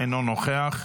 אינו נוכח,